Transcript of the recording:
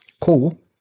Cool